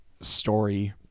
story